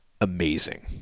amazing